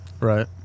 Right